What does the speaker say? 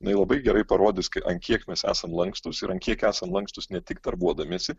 jinai labai gerai parodys kai ant kiek mes esam lankstūs ir ant kiek esam lankstūs ne tik darbuodamiesi